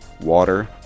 Water